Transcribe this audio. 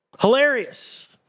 Hilarious